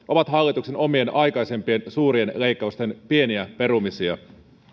ovat hallituksen omien aikaisempien suurien leikkausten pieniä perumisia